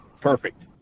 Perfect